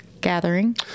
Gathering